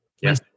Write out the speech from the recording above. Yes